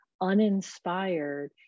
uninspired